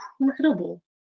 incredible